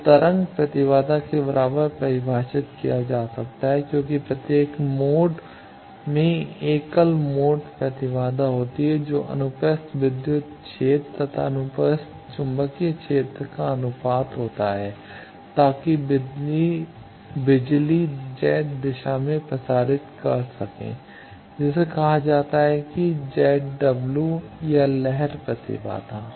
तो तरंग प्रतिबाधा के बराबर परिभाषित किया जा सकता है क्योंकि प्रत्येक मोड में एक मोडल प्रतिबाधा होती है जो कि अनुप्रस्थ विद्युत क्षेत्र तथा अनुप्रस्थ चुंबकीय क्षेत्र का अनुपात होता है ताकि बिजली Z दिशा को प्रसारित कर सके जिसे कहा जाता है Z w या लहर प्रतिबाधा